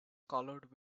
colored